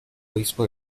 obispo